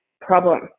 problem